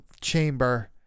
chamber